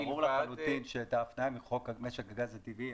ברור לחלוטין שאת ההפניה מחוק משק הגז הטבעי,